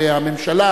והממשלה,